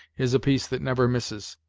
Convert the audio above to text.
is a piece that never misses.